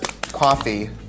coffee